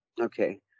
Okay